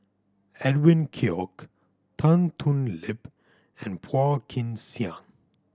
Edwin Koek Tan Thoon Lip and Phua Kin Siang